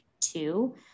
two